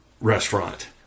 restaurant